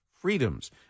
freedoms